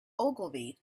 ogilvy